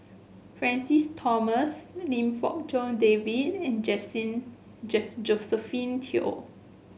Francis Thomas Lim Fong Jock David and Josephine Teo